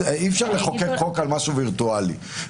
אי-אפשר לחוקק חוק על משהו וירטואלי.